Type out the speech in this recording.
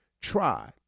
try